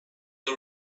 the